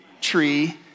tree